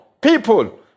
people